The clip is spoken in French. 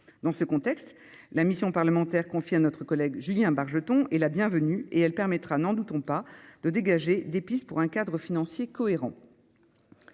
dans ce contexte, la mission parlementaire confiée à notre collègue Julien Bargeton est la bienvenue et elle permettra, n'en doutons pas de dégager des pistes pour un cadre financier cohérent